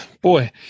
boy